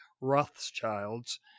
Rothschilds